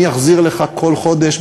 אני אחזיר לך כל חודש,